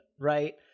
right